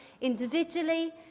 individually